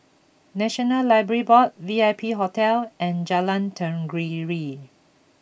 National Library Board V I P Hotel and Jalan Tenggiri